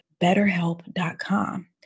BetterHelp.com